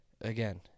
again